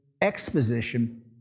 exposition